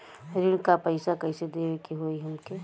ऋण का पैसा कइसे देवे के होई हमके?